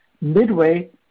Midway